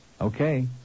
Okay